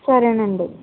సరేనండీ